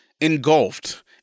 engulfed